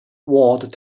walled